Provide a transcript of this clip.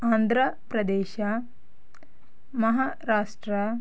Andhra Pradesh Maharashtra